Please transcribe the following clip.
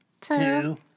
two